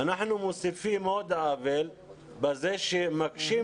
אנחנו מוסיפים עוד עוול בזה שמקשים